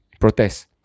protest